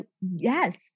yes